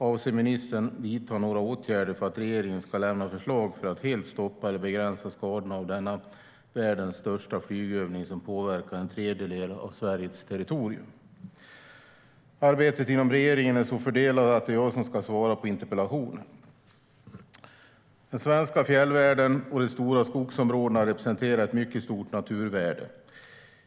Avser ministern att vidta några åtgärder för att regeringen ska lämna förslag för att helt stoppa eller begränsa skadorna av denna världens största flygövning, som påverkar en tredjedel av Sveriges territorium? Arbetet inom regeringen är så fördelat att det är jag som ska svara på interpellationen. Den svenska fjällvärlden och de stora skogsområdena representerar ett mycket stort naturvärde.